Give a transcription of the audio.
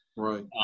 Right